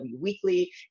Weekly